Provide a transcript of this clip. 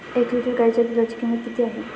एक लिटर गाईच्या दुधाची किंमत किती आहे?